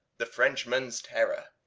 the french man's terror,